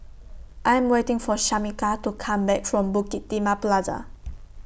I Am waiting For Shamika to Come Back from Bukit Timah Plaza